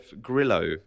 Grillo